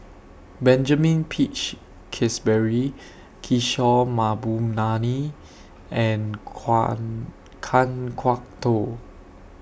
Benjamin Peach Keasberry Kishore Mahbubani and Kan Kwok Toh